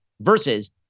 versus